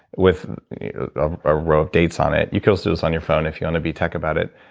with a row of dates on it. you can do this on your phone if you want to be tech about it,